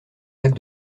lacs